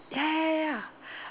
ya